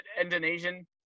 Indonesian